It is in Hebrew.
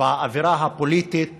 באווירה הפוליטית